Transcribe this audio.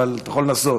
אבל אתה יכול לנסות.